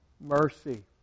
mercy